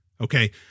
Okay